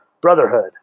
brotherhood